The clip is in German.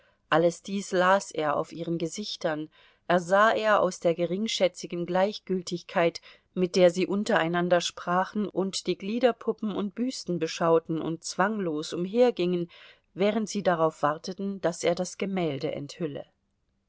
alles dies las er auf ihren gesichtern ersah es aus der geringschätzigen gleichgültigkeit mit der sie untereinander sprachen und die gliederpuppen und büsten beschauten und zwanglos umhergingen während sie darauf warteten daß er das gemälde enthülle